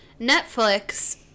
netflix